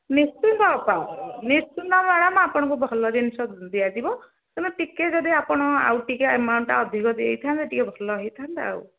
ନିଶ୍ଚିନ୍ତ ଆଜ୍ଞା ନିଶ୍ଚିନ୍ତ ମ୍ୟାଡ଼ାମ୍ ଆପଣଙ୍କୁ ଭଲ ଜିନିଷ ଦିଆଯିବ ତେଣୁ ଟିକେ ଯଦି ଆପଣ ଆଉ ଟିକେ ଆମାଉଣ୍ଟଟା ଅଧିକ ଦେଇଥାନ୍ତେ ଟିକେ ଭଲ ହେଇଥାନ୍ତା ଆଉ